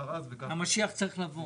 --- המשיח צריך לבוא.